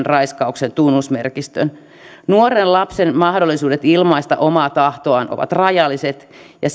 raiskauksen tunnusmerkistön nuoren lapsen mahdollisuudet ilmaista omaa tahtoaan ovat rajalliset ja